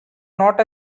not